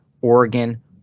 Oregon